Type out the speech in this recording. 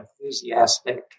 enthusiastic